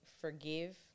forgive